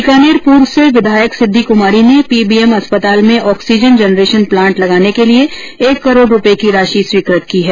बीकानेर पूर्व से विधायक सिद्धी कुमारी ने पीबीएम अस्पताल में ऑक्सीजन जेनरेशन प्लांट लगाने के लिए एक करोड रुपये की राशि स्वीकृत की है